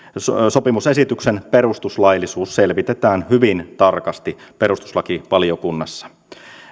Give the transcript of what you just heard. sopimusesityksen perustuslaillisuus selvitetään hyvin tarkasti perustuslakivaliokunnassa